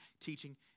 teaching